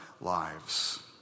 lives